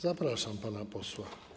Zapraszam pana posła.